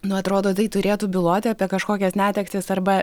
nu atrodo tai turėtų byloti apie kažkokias netektis arba